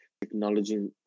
technology